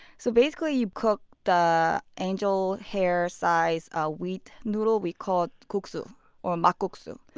so basically, you cook the angel hair-size ah wheat noodle. we call it guksu or makguksu.